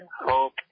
hope